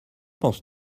penses